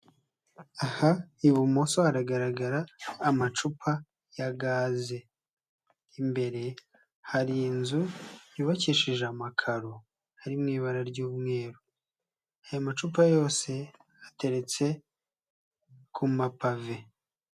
Aha i bumoso hagaragara amacupa ya gaze, imbere hari inzu yubakishije amakaro ari mu ibara ry'umweru, aya macupa yose ateretse ku mapave.